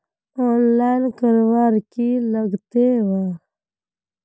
Online करवार की लगते वा?